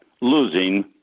losing